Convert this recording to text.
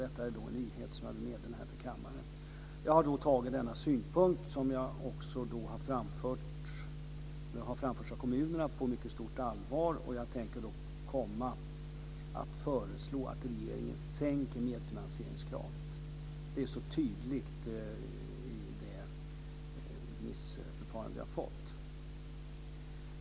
Det som har framförts från kommunerna om att de får betala för stor del tar jag på stort allvar. Jag tänker föreslå att regeringen sänker medfinansieringskravet. Det är så tydligt i remissförfarandet.